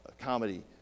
comedy